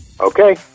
Okay